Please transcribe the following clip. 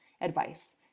advice